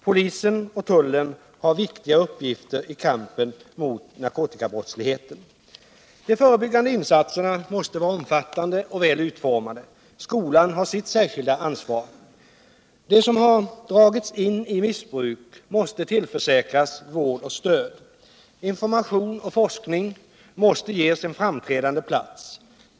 Polisen och tullen har viktiga uppgifter i kampen mot narkotikabrottsligheten. De förebyggande insatserna måste vara omfattande och väl utformade. Skolan har sitt särskilda ansvar. De som dragits in i missbruk måste tillförsäkras vård och stöd. Information och forskning måste ges en framträdande plats.